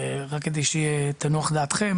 רק כדי שתנוח דעתכם